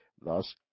Thus